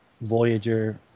Voyager